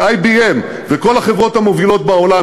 ו-IBM וכל החברות המובילות בעולם,